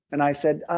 and i said,